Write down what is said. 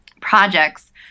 projects